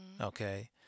Okay